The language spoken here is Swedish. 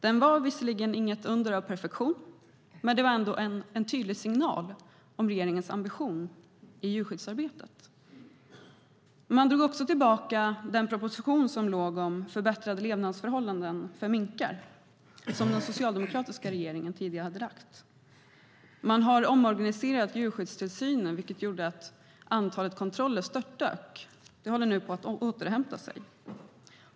Den var visserligen inget under av perfektion, men detta var ändå en tydlig signal om regeringens ambition i djurskyddsarbetet. Man drog också tillbaka den proposition om förbättrade levnadsförhållanden för minkar som den socialdemokratiska regeringen tidigare hade lagt fram. Man har omorganiserat djurskyddstillsynen, vilket gjorde att antalet kontroller störtdök. Det håller nu på att återhämta sig.